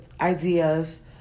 ideas